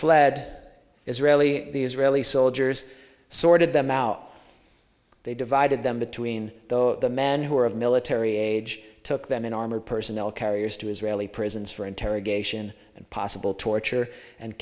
fled israeli the israeli soldiers sorted them out they divided them between the men who were of military age took them in armored personnel carriers to israeli prisons for interrogation and possible torture and